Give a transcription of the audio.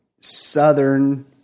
southern